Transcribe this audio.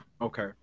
Okay